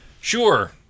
Sure